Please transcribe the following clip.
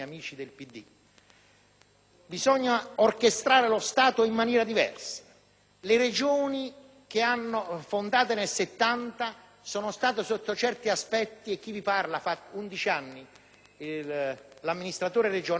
Bisogna orchestrare lo Stato in maniera diversa: le Regioni fondate nel 1970 sono state, sotto certi aspetti (e chi vi parla è stato per 11 anni un amministratore regionale), anche un fallimento